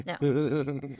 No